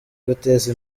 guteza